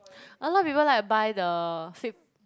a lot of people like to buy the fake